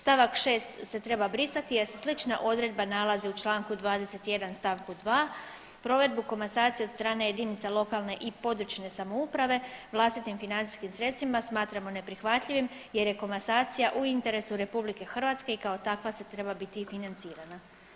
Stavak 6. se treba brisati jer se slična odredba nalazi u Članku 21. stavku 2., provedbu komasacije od strane jedinica lokalne i područne samouprave vlastitim financijskim sredstvima smatramo neprihvatljivim jer je komasacija u interesu RH i kao takva se treba biti i financirana.